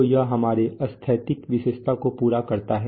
तो यह हमारे स्थैतिक विशेषता को पूरा करता है